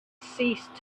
ceased